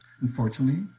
Unfortunately